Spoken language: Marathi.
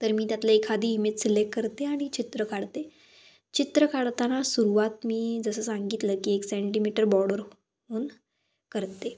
तर मी त्यातली एखादी इमेज सिलेक्ट करते आणि चित्र काढते चित्र काढताना सुरुवात मी जसं सांगितलं की एक सेंटीमीटर बॉर्डर होऊन करते